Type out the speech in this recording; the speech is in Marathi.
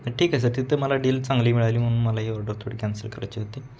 ठीक आहे सर तिथं मला डील चांगली मिळाली म्हणून मला ही ऑर्डर थोडी कॅन्सल करायची होती